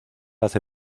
hace